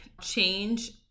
change